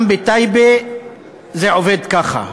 גם בטייבה זה עובד ככה.